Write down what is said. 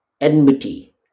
enmity